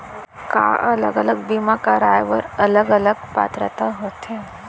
का अलग अलग बीमा कराय बर अलग अलग पात्रता होथे?